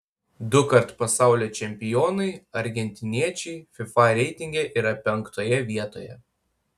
dukart pasaulio čempionai argentiniečiai fifa reitinge yra penktoje vietoje